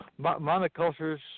monocultures